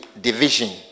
division